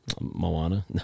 Moana